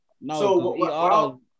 No